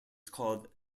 called